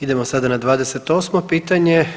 Idemo sada na 28. pitanje.